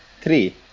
Three